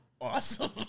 Awesome